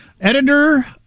Editor